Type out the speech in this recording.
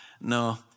No